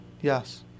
Yes